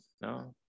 No